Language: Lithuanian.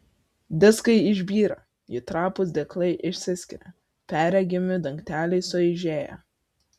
diskai išbyra jų trapūs dėklai išsiskiria perregimi dangteliai sueižėja